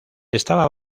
estaba